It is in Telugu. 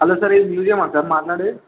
హలో సర్ ఇది మ్యుజియంఆ సార్ మాట్లాడేది